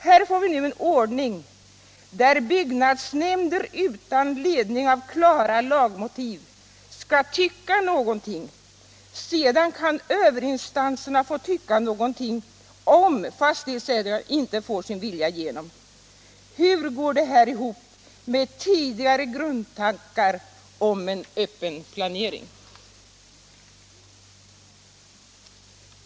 Här får vi nu en ordning där byggnadsnämnder utan ledning av klara lagmotiv skall tycka någonting — sedan kan överinstanserna få tycka någonting om fastighetsägaren inte får sin vilja igenom. Hur går det här ihop med tidigare grundtankar om en öppen planering?